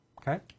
Okay